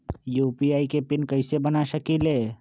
UPI के PIN कैसे बना सकीले?